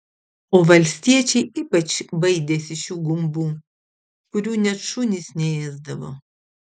o valstiečiai ypač baidėsi šių gumbų kurių net šunys neėsdavo